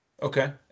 Okay